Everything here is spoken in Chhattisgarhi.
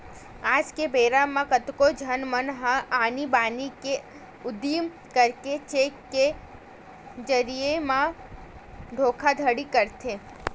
आज के बेरा म कतको झन मन ह आनी बानी के उदिम करके चेक के जरिए म धोखाघड़ी करथे